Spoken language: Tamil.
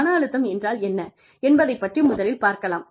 மன அழுத்தம் என்றால் என்ன என்பதைப் பற்றி முதலில் பார்க்கலாம்